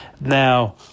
Now